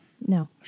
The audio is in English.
No